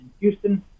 Houston